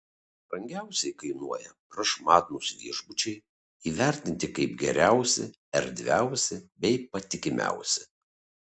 brangiausiai kainuoja prašmatnūs viešbučiai įvertinti kaip geriausi erdviausi bei patikimiausi